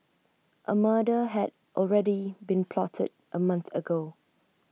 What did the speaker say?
A murder had already been plotted A month ago